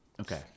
Okay